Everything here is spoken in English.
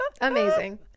Amazing